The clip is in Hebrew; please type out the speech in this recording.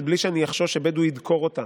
בלי שאני אחשוש שבדואי ידקור אותם,